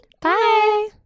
bye